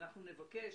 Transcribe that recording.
אנחנו נבקש